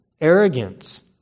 arrogance